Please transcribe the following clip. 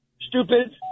Stupid